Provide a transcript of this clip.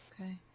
Okay